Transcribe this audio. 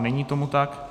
Není tomu tak.